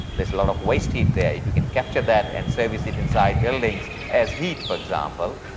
there's a lot of waste heat there, if we can capture that and service it inside buildings as heat, for example,